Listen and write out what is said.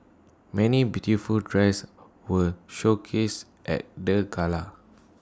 many beautiful dresses were showcased at the gala